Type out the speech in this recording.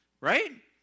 Right